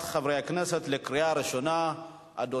חברי הכנסת, שמונה בעד,